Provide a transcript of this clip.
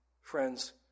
Friends